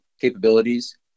capabilities